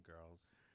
girls